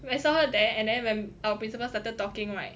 I saw her there and then when our principal started talking right